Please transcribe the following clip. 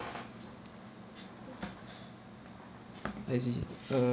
l see uh